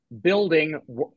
building